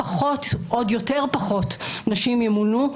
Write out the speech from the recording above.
עוד פחות נשים ימונו,